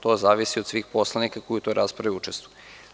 To zavisi od svih poslanika koji u toj raspravi učestvuju.